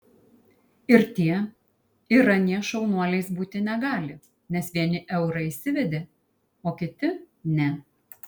ir tie ir anie šaunuoliais būti negali nes vieni eurą įsivedė o kiti ne